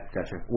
Gotcha